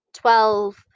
Twelve